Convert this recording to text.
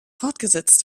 fortgesetzt